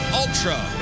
ultra